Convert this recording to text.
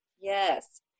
Yes